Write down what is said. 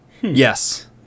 Yes